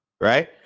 right